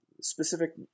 specific